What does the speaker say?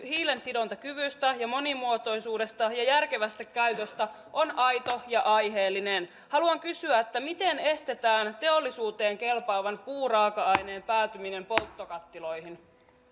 hiilensidontakyvystä ja monimuotoisuudesta ja järkevästä käytöstä on aito ja aiheellinen haluan kysyä miten estetään teollisuuteen kelpaavan puuraaka aineen päätyminen polttokattiloihin